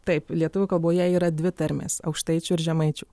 taip lietuvių kalboje yra dvi tarmės aukštaičių ir žemaičių